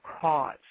cause